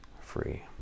free